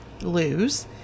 lose